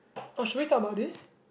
oh should we talk about this